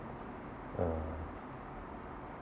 uh